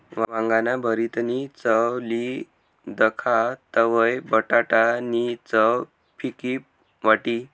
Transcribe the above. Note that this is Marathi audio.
वांगाना भरीतनी चव ली दखा तवयं बटाटा नी चव फिकी वाटी